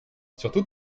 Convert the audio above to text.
surtout